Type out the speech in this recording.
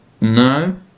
No